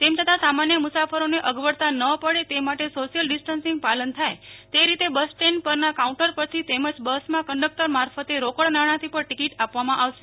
તેમ છતાં સામાન્ય મુસાફરોને અગવડતા ન પડે તે માટે સોશિયલ ડીસ્ટન્સિંગ પાલન થાય તે રીતે બસ સ્ટેન્ડ પરના કાઉન્ટર પરથી તેમજ બસમાં કંડકટર મારફતે રોકડ નાણાથી પણ ટીકીટ આપવામાં આવશે